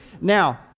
now